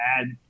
add